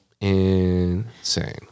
insane